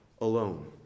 alone